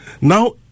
Now